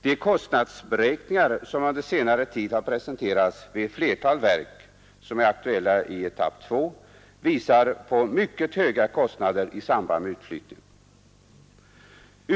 De kostnadsberäkningar som under senare tid har presenterats vid ett flertal verk som är aktuella i etapp 2 visar på mycket höga kostnader i samband med utflyttningen.